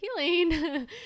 healing